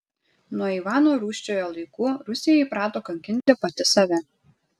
nuo ivano rūsčiojo laikų rusija įprato kankinti pati save